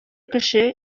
кеше